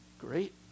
Great